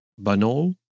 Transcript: Banal